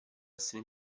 essere